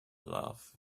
love